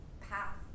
path